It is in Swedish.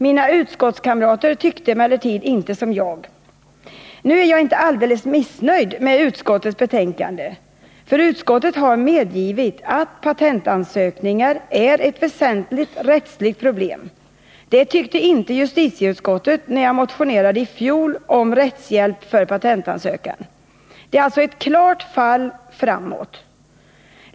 Mina utskottskamrater tyckte emellertid inte som jag. Nu är jag inte alldeles missnöjd med utskottets betänkande, för utskottet har medgivit att patentansökningar är ett väsentligt rättsligt problem. Det tyckte inte justitieutskottet, när jag i fjol motionerade om rättshjälp för patentansökan. Det är alltså ett klart fall framåt.